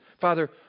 Father